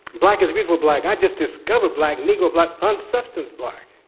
black as beautiful black, i just discovered black, negro black, on substance black,